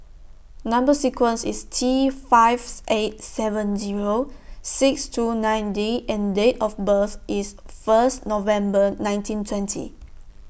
Number sequence IS T five eight seven Zero six two nine D and Date of birth IS First November nineteen twenty